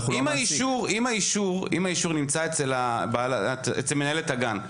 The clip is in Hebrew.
אם האישור נמצא אצל מנהלת הגן,